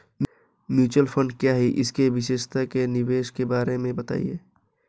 Mutual fund क्या है इसकी विशेषता व निवेश के बारे में बताइये?